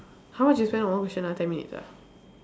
how much you spend on one question ah ten minutes ah